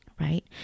right